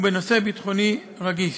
ובנושא ביטחוני רגיש.